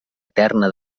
eterna